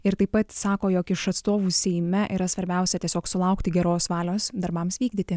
ir taip pat sako jog iš atstovų seime yra svarbiausia tiesiog sulaukti geros valios darbams vykdyti